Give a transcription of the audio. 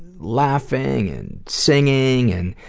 laughing and singing and